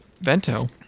Vento